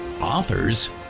authors